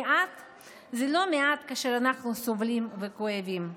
זה לא מעט כאשר אנחנו סובלים וכואבים.